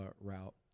route